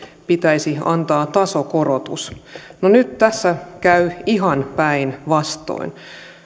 pitäisi antaa tasokorotus no nyt tässä käy ihan päinvastoin